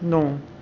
नौ